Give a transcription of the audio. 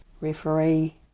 referee